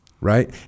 right